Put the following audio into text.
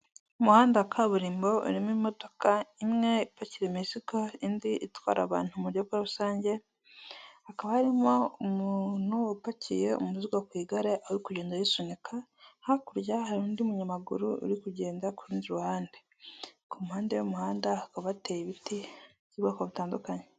Umuhanda wa kaburimbo urimo imodoka imwe ipakira imisika, indi itwara abantu mu buryo bwa rusange, hakaba harimo umuntu upakiye umuzigo ku igare ari kugenda arisunika, hakurya hari undi munyamaguru uri kugenda ku rundi ruhande, ku mpande y'umuhanda hakaba hateye ibiti by'ubwoko butandukanye.